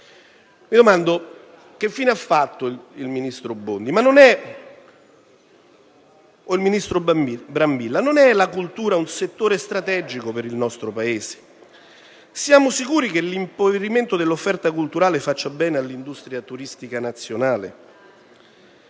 il ministro Bondi o il ministro Brambilla? Non è, la cultura, un settore strategico per il nostro Paese? Siamo sicuri che l'impoverimento dell'offerta culturale faccia bene all'industria turistica nazionale?